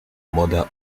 murder